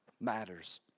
matters